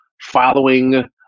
following